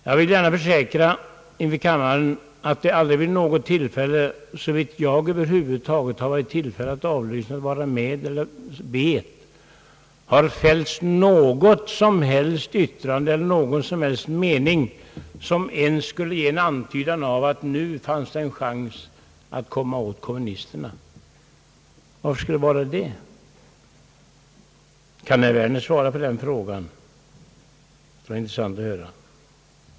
Jag kan försäkra kammaren att det inte vid något tillfälle, då jag över huvud taget deltagit i eller avlyssnat diskussionen, har fällts något som helst yttrande eller framförts någon som helst mening som skulle ge en antydan om att nu fanns det en chans att komma åt kommunisterna. Varför skulle det vara det? Kan herr Werner svara på den frågan? Det skulle vara intressant att höra.